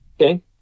Okay